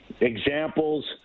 examples